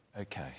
Okay